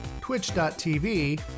twitch.tv